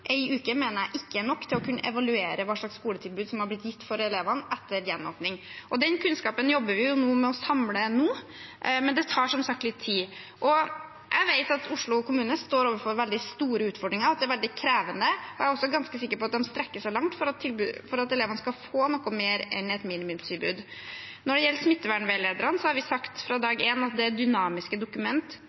uke mener jeg ikke er nok til å kunne evaluere hva slags skoletilbud som har blitt gitt til elevene etter gjenåpning. Den kunnskapen jobber vi nå med å samle, men det tar som sagt litt tid. Jeg vet at Oslo kommune står overfor veldig store utfordringer, at det er veldig krevende. Jeg er også ganske sikker på at de strekker seg langt for at elevene skal få noe mer enn et minimumstilbud. Når det gjelder smittevernveilederne, har vi sagt fra dag én at det er dynamiske